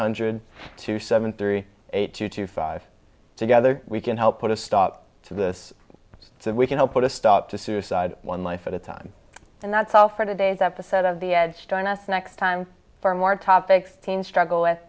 hundred two seven three eight two two five together we can help put a stop to this so we can help put a stop to suicide one life at a time and that's all for today's episode of the ads join us next time for more topics struggle with